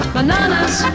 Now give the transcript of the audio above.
Bananas